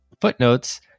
footnotes